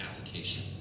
application